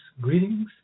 greetings